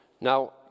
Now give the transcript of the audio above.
Now